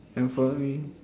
can follow me